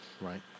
right